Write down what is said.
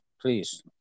please